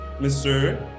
Mr